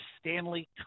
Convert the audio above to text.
Stanley